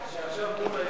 נתקבל.